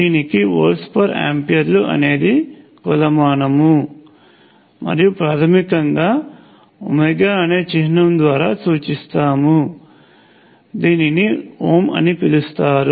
దీనికి volts per ఆంపియర్లు అనేది కొలమానం మరియు ప్రాథమికంగా ఒమేగాΩ అనే చిహ్నం ద్వారా సూచిస్తాము దీనిని ఓం అని పిలుస్తారు